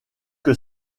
que